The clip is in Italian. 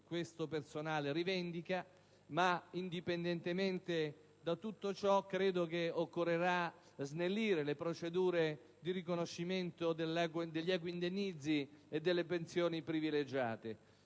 esso stesso rivendica, ma, indipendentemente da tutto ciò, credo che occorrerà snellire le procedure di riconoscimento degli equi indennizzi e delle pensioni privilegiate.